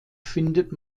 findet